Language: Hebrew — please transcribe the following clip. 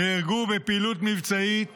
נהרגו בפעילות מבצעית